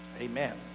Amen